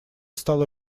стало